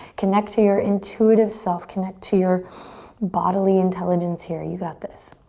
connect to your intuitive self, connect to your bodily intelligence here, you got this.